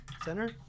Center